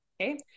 Okay